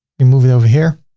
you move it over here,